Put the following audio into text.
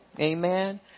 Amen